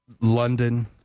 London